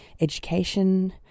education